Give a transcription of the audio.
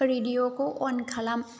रेडिअखौ अन खालाम